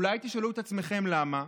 אולי תשאלו את עצמכם למה.